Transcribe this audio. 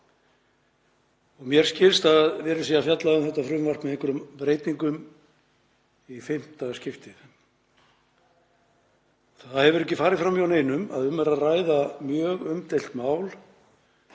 Mér skilst að verið sé að fjalla um þetta frumvarp með einhverjum breytingum í fimmta skipti. Það hefur ekki farið fram hjá neinum að um er að ræða mjög umdeilt mál;